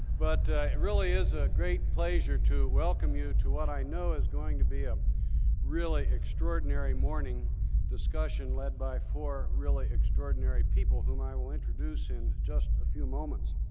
but it really is a great pleasure to welcome you to what i know is going to be a um really extraordinary morning discussion led by four really extraordinary people whom i will introduce in just a few moments.